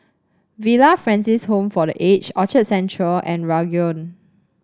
Villa Francis Home for The Aged Orchard Central and Ranggung